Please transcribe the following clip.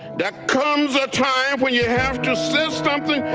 there comes a time when you have to say something,